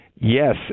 Yes